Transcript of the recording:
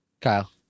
Kyle